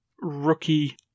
rookie